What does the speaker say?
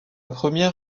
première